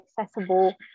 accessible